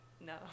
No